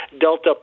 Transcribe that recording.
Delta